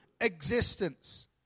existence